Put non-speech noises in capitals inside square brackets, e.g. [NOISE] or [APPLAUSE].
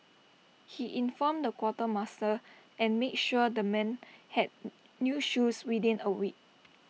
he informed the quartermaster and made sure the men had [HESITATION] new shoes within A week